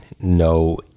no